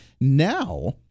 Now